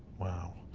wow.